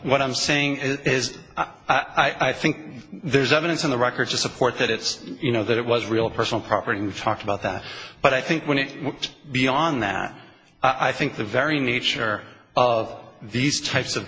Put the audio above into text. what i'm saying is i think there's evidence in the record to support that it's you know that it was real personal property we've talked about that but i think when it looked beyond that i think the very nature of these types of